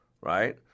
Right